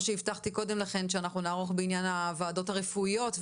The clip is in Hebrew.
שהבטחתי קודם לכן שאנחנו נערוך בעניין הוועדות הרפואיות.